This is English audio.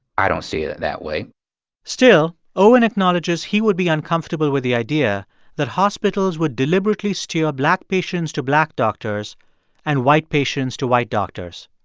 i don't see it that way still, owen acknowledges he would be uncomfortable with the idea that hospitals would deliberately steer black patients to black doctors and white patients to white doctors.